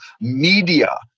media